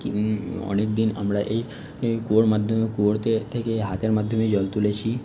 অনেকদিন আমরা এই কুয়োর মাধ্যমে কুয়োর থেকে এই হাতের মাধ্যমেই জল তুলেছি